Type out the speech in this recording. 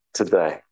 today